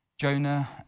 Jonah